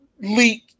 leak